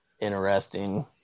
interesting